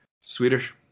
Swedish